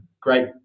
great